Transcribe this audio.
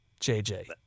JJ